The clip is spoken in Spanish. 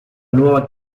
nueva